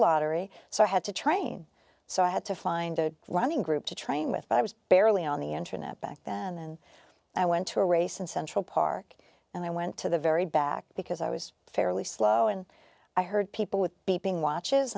lottery so i had to train so i had to find a running group to train with but i was barely on the internet back then and then i went to a race in central park and i went to the very back because i was fairly slow and i heard people with beeping watches